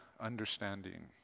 understanding